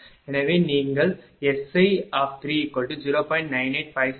எனவே நீங்கள் SI30